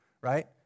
right